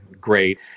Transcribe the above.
great